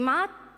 למעט